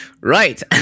right